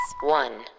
One